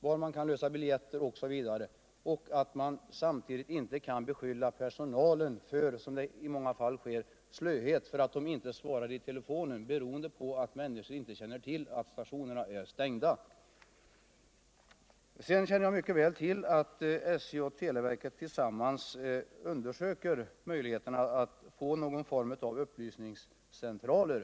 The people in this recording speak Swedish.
var man kan lösa biljetter osv. Man skulle inte heller kunna beskylla personalen därför at den inte svarar i telefon — beskyllningar som många gånger beror på att man inte vet att statlonerna är stängda. Jag känner mycket väl till au SJ och televerket ullsammans undersöker möjligheterna att få någon form av upplysningscentraler.